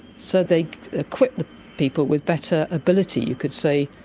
so they equip the people with better ability, you could say,